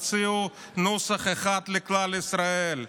תוציאו נוסח אחד לכלל ישראל,